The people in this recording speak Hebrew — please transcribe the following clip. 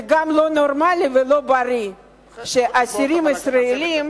זה לא נורמלי ולא בריא שהאסירים הישראלים